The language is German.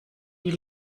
die